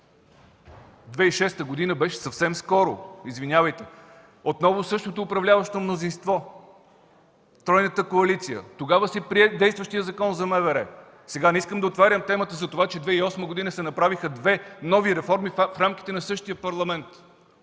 година беше съвсем скоро, извинявайте! Отново същото управляващо мнозинство – тройната коалиция, тогава си прие действащия Закон за МВР! Сега не искам да отварям темата за това, че през 2008 г. се направиха две нови реформи в рамките на същия Парламент,